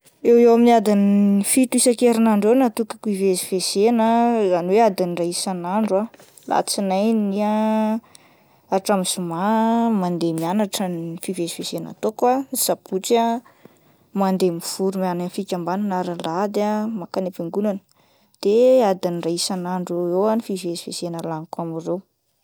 Eo eo amin'ny adin'ny fito isan-kerinandro eo no natokako hivezivezena ah izany hoa adin'iray isan'andro ah, alatsinainy hatramin'ny zoma ah mandeha mianatra ny fivezivezena ataoko ah, ny sabotsy ah mandeha mivory any amin'ny fikambanana ary ny alahady ah makany ampiangonana de adin'iray isan'andro eo eo ah ny fivezivezena laniko amin'ireo.